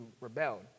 rebelled